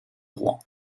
rouen